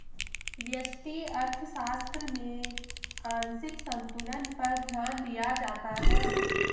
व्यष्टि अर्थशास्त्र में आंशिक संतुलन पर ध्यान दिया जाता है